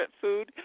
food